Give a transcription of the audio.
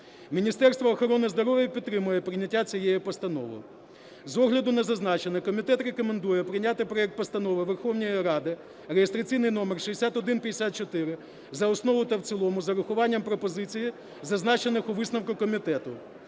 Міністерство охорони здоров'я підтримає прийняття цієї постанови. З огляду на зазначене, комітет рекомендує прийняти проект Постанови Верховної Ради (реєстраційний номер 6154) за основу та в цілому з урахуванням пропозицій, зазначених у висновку комітету,